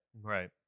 Right